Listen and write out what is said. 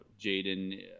Jaden